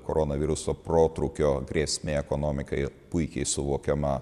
koronaviruso protrūkio grėsmė ekonomikai puikiai suvokiama